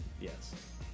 yes